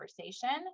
conversation